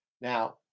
Now